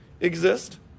exist